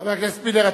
חבר הכנסת מילר,